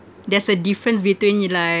there's a difference between you like